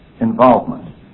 involvement